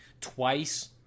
twice